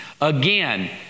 Again